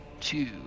two